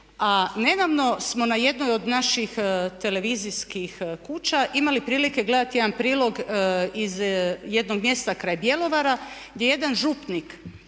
a nedavno smo na jednoj od naših televizijskih kuća imali prilike gledati jedan prilog iz jednog mjesta kraj Bjelovara gdje je jedan župnik